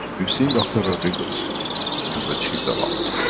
we've seen dr rodrigo has has achieved a lot,